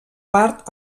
part